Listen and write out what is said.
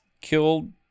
killed